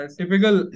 typical